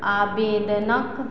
आवेदनक